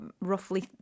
roughly